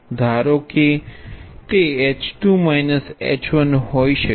ધારોકે તે h2 h1 હોઈ શકે